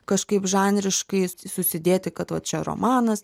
kažkaip žanriškai susidėti kad va čia romanas